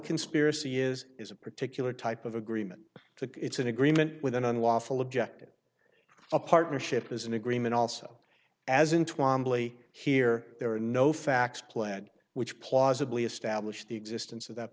conspiracy is is a particular type of agreement to it's an agreement with an unlawful object it a partnership is an agreement also as in twamley here there are no facts clad which plausibly establish the existence of that